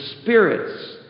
Spirit's